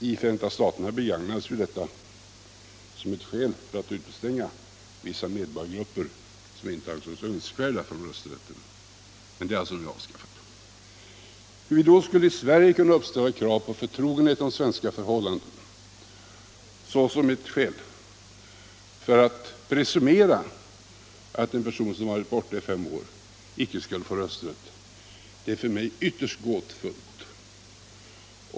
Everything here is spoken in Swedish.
I Förenta staterna begagnades Allmänpolitisk debatt Allmänpolitisk debatt detta som en metod för att utestänga vissa medborgargrupper som man inte ansåg önskvärda att utöva rösträtten. Men detta är alltså nu avskaffat. Hur vi då i Sverige skulle kunna uppställa krav på förtrogenhet med svenska förhållanden såsom ett skäl för att presumera att en person som varit borta i fem år icke skulle få rösträtt är för mig ytterst gåtfullt.